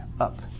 up